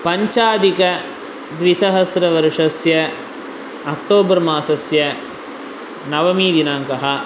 पञ्चाधिक द्विसहस्रवर्षस्य अक्टोबर् मासस्य नवमीदिनाङ्कः